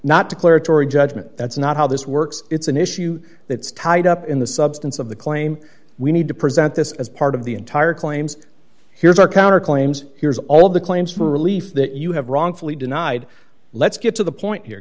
not declaratory judgment that's not how this works it's an issue that's tied up in the substance of the claim we need to present this as part of the entire claims here's our counter claims here's all the claims for relief that you have wrongfully denied let's get to the point here